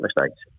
mistakes